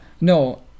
No